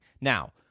Now